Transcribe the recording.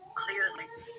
Clearly